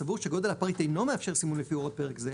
הסבור שגודל הפריט אינו מאפשר סימון לפי הוראות פרק זה,